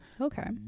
Okay